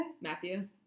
Matthew